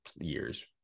years